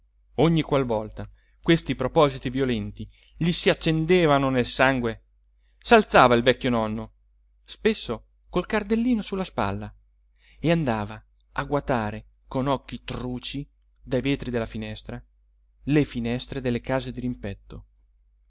qual volta questi propositi violenti gli s'accendevano nel sangue s'alzava il vecchio nonno spesso col cardellino su la spalla e andava a guatare con occhi truci dai vetri della finestra le finestre delle case dirimpetto